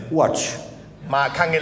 watch